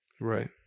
Right